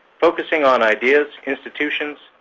focusing on ideas, institutions,